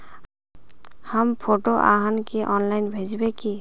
हम फोटो आहाँ के ऑनलाइन भेजबे की?